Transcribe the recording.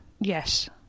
Yes